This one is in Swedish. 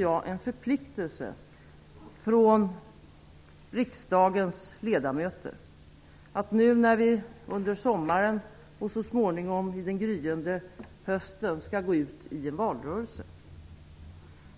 Jag tycker att riksdagens ledamöter, när de under sommaren och så småningom under den gryende hösten skall gå ut i en valrörelse,